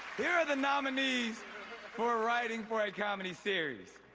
here are the nominees for writing for a comedy series.